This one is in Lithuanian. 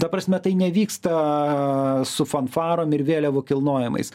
ta prasme tai nevyksta su fanfarom ir vėliavų kilnojimais